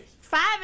Five